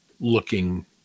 looking